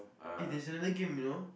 eh there's another game you know